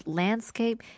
landscape